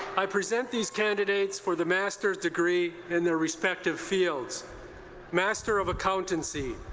i present these candidates for the master's degree in their respective fields master of accountancy